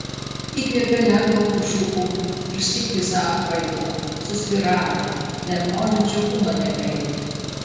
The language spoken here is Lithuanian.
įkvėpė lengvo pušų oro išsyk visa apkvaito susvyravo net maudžiančio kūno nebejautė